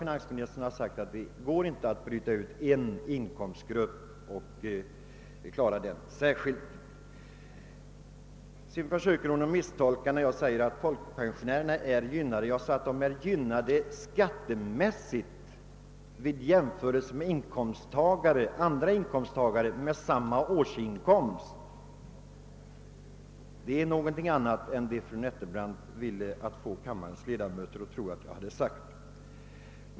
Finansministern har uttalat att det inte i detta sammanhang går att bryta ut en inkomstgrupp och behandla den särskilt. Vidare försöker fru Nettelbrandt misstolka mitt yttrande om att folkpensionärerna är gynnade. Jag sade endast att de är gynnade skattemässigt i jämförelse med andra inkomsttagare med samma årsinkomst. Det är något annat än vad fru Nettelbrandt ville få kammarens ledamöter att tro att jag sagt.